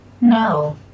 No